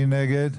מי נגד?